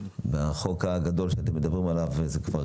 בחוק הגדול שאתם מדברים עליו זה כבר